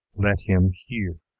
let him hear.